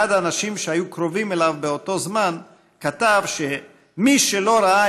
אחד האנשים שהיו קרובים אליו באותו זמן כתב שמי שלא ראה